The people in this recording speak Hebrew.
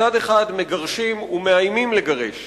בצד אחד מגרשים ומאיימים לגרש